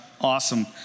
awesome